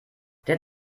der